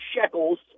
shekels